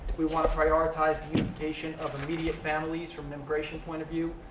we want to prioritize the unification of immediate families from an immigration point of view.